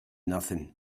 nothing